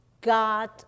God